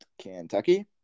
Kentucky